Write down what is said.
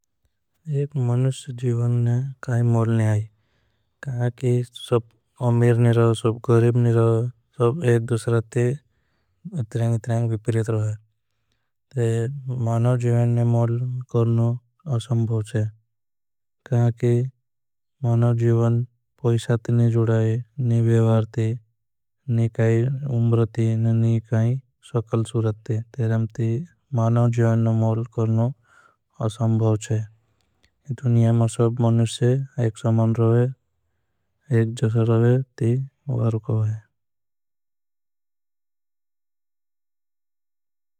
एक मनुष्य जीवन ने काई मोल नहीं कि सब अमेर नहीं। रहो सब गरीब नहीं रहो सब एक दुसरा ती त्रेंग त्रेंग। विपिरेत रहो मानों जीवनने मॉल करनो असंभव छे कि। मानव जीवन पैशा ती नहीं जुड़ाई नहीं बेवार ती नहीं। काई उम्र ती नहीं काई सखल सुरत ती तेरेंग ती मानों। जीवनने मॉल करनो असंभव छे दुनिया में सब मनुष्य। एक समान रहे एक जगर रहे ती वरुको है।